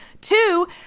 Two